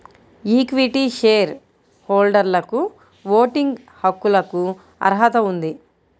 equity share హోల్డర్లకుఓటింగ్ హక్కులకుఅర్హత ఉంది